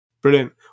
Brilliant